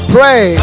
Pray